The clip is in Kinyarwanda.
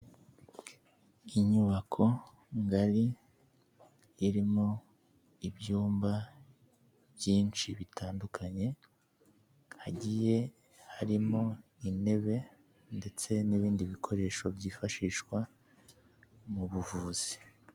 Inyubako ngari irimo ibyumba byinshi bitandukanye, hagiye harimo intebe ndetse n'ibindi bikoresho byifashishwa mu buvuzi.